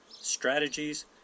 strategies